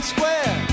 Square